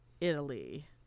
Italy